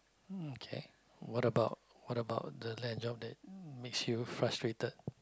okay what about the what about the land job that makes you frustrated